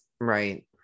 Right